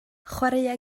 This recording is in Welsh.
chwaraea